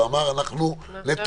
והוא אמר הדבר הזה אנחנו נתקן.